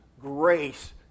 grace